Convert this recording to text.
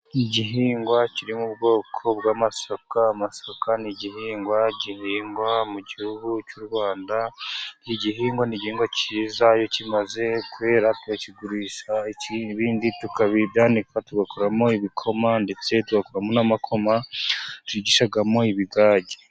Igihingwa kiri mu bwoko bw'amasaka, amasaka ni igihingwa gihingwa mu gihugu cy'u Rwanda, igihingwa ni igihingwa kiza, iyo kimaze kwera tukigurisha, ibindi tukabyanika tugakuramo ibikoma ,ndetse tugakuramo n'amakoma dushigishamo ibigage.